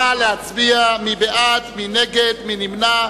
נא להצביע, מי בעד, מי נגד, מי נמנע?